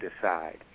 decide